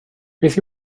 beth